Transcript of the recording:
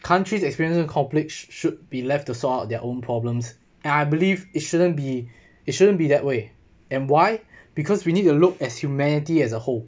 countries experiencing accomplished should be left to solve their own problems and I believe it shouldn't be it shouldn't be that way and why because we need to look as humanity as a whole